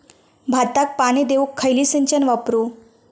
भाताक पाणी देऊक खयली सिंचन वापरू?